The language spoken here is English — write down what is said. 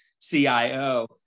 CIO